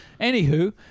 Anywho